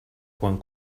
quan